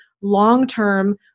long-term